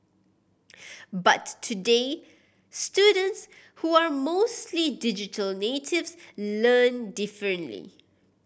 but today students who are mostly digital natives learn differently